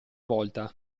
volta